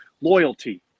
loyalty